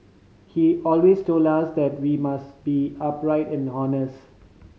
he always told us that we must be upright and honest